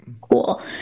cool